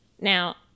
Now